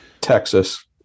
Texas